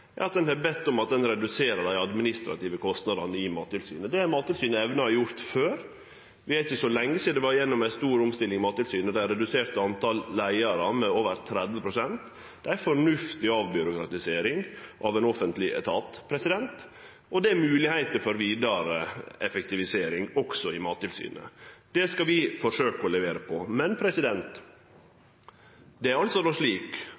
er at ein reduserer dei administrative kostnadene i Mattilsynet. Det har Mattilsynet evna å gjere før. Det er ikkje så lenge sidan Mattilsynet var gjennom ei stor omstilling, der dei reduserte talet på leiarar med over 30 pst. Det er ei fornuftig avbyråkratisering av ein offentleg etat. Det er òg moglegheiter for vidare effektivisering i Mattilsynet. Det skal vi forsøke å levere på. Men det er altså slik